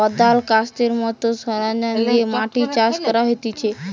কদাল, কাস্তের মত সরঞ্জাম দিয়ে মাটি চাষ করা হতিছে